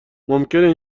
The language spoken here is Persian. ممکنه